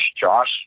Josh